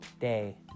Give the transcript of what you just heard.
day